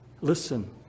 Listen